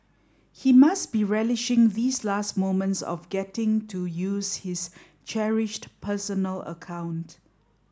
he must be relishing these last moments of getting to use his cherished personal account